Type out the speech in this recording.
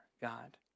God